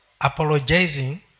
apologizing